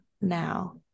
now